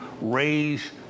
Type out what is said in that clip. raise